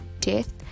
death